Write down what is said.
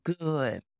good